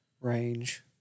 range